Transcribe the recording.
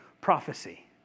prophecy